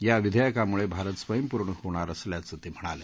या विधेयकामुळे भारत स्वयंपूर्ण होणार असल्याचं ते म्हणाले